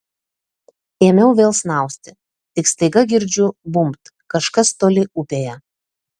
ėmiau vėl snausti tik staiga girdžiu bumbt kažkas toli upėje